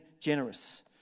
generous